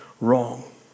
wrong